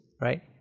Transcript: right